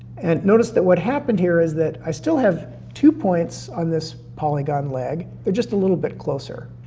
and notice that what happened here is that i still have two points on this polygon leg, they're just a little bit closer.